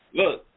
look